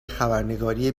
خبررسانی